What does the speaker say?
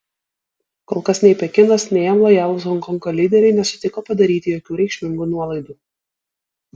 kol kas nei pekinas nei jam lojalūs honkongo lyderiai nesutiko padaryti jokių reikšmingų nuolaidų